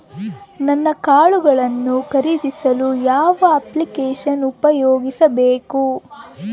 ನಾನು ಕಾಳುಗಳನ್ನು ಖರೇದಿಸಲು ಯಾವ ಅಪ್ಲಿಕೇಶನ್ ಉಪಯೋಗಿಸಬೇಕು?